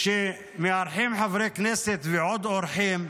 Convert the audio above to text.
כשמארחים חברי כנסת ועוד אורחים,